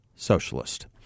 socialist